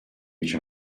each